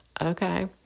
okay